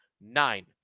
nine